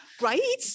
right